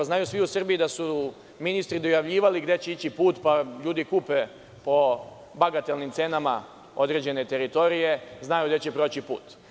Znaju svi u Srbiji da su ministri dojavljivali gde će ići put, pa ljudi kupe po bagatelnim cenama određene teritorije, znaju gde će proći put.